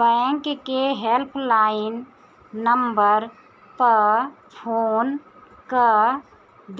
bank के help line number पअ phone कअ